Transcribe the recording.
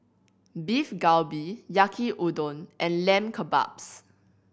Beef Galbi Yaki Udon and Lamb Kebabs